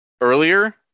earlier